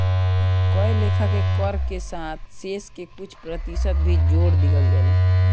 कए लेखा के कर के साथ शेष के कुछ प्रतिशत भी जोर दिहल जाला